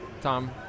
Tom